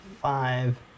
Five